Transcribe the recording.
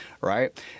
right